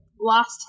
lost